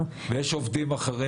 נכון.